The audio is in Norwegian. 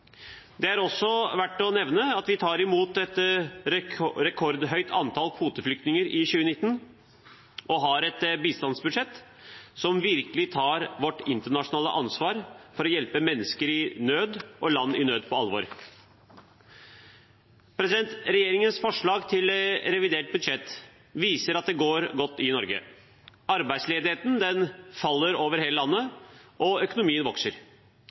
Det er også verdt å nevne at vi tar imot et rekordhøyt antall kvoteflyktninger i 2019, og har et bistandsbudsjett som virkelig tar vårt internasjonale ansvar for å hjelpe mennesker og land i nød på alvor. Regjeringens forslag til revidert budsjett viser at det går godt i Norge. Arbeidsledigheten faller over hele landet, og økonomien vokser.